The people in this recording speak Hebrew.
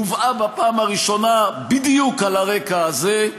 הובאה בפעם הראשונה בדיוק על הרקע הזה,